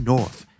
North